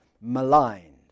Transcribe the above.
maligned